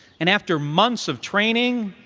and after months of training,